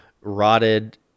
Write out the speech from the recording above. rotted